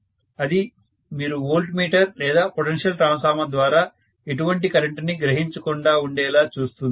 అది మీరు voltmeter లేదా పొటెన్షియల్ ట్రాన్స్ఫార్మర్ ద్వారా ఎటువంటి కరెంటుని గ్రహించకుండా ఉండేలా చూస్తుంది